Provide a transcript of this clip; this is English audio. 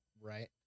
Right